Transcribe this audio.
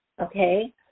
Okay